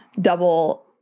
double